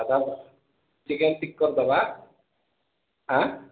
ସାଧା chicken stick କରିଦେବା ଆଁ